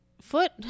foot